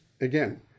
again